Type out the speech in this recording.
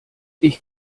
ich